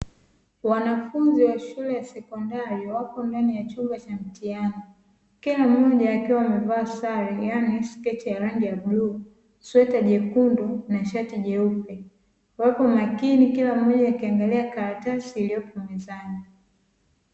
Wanafunzi wa shule ya sekondari wapo ndani ya chumba cha mtihani kila mmoja akiwa amevaa sare yani sketi ya rangi ya bluu, sweta jekundu na shati jeupe, wapo makini kila mmoja akiangalia karatasi iliyopo mezani.